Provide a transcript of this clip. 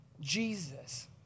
Jesus